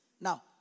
now